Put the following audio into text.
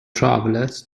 travelers